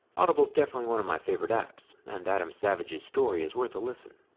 audible is definitely one of my favorite apps. and adam savage's story is worth a listen.